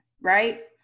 right